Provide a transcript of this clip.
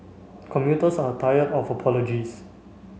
commuters are tired of apologies